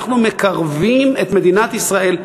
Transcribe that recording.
אנחנו מקרבים את מדינת ישראל,